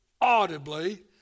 audibly